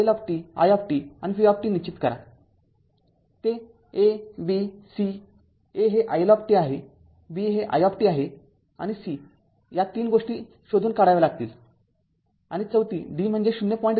iL i आणि v निश्चित करा ते a b c a हे iL आहे b हे i आहे आणि c या तीन गोष्टी शोधून काढाव्या लागतील आणि चौथी d म्हणजे ०